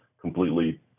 completely